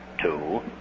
two